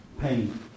pain